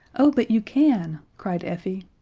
oh, but you can, cried effie.